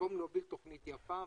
במקום להוביל תכנית יפה.